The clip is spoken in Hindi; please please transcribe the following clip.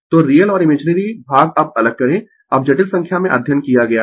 तो रियल और इमेजिनरी भाग अब अलग करें अब जटिल संख्या में अध्ययन किया गया है